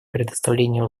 предоставления